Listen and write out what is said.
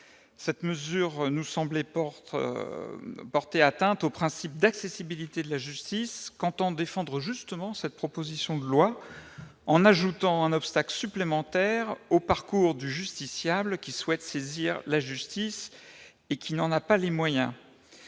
Cette mesure nous semble porter atteinte au principe d'accessibilité de la justice que vise précisément à défendre cette proposition de loi, en introduisant un obstacle supplémentaire dans le parcours du justiciable qui souhaite saisir la justice mais n'en a pas les moyens.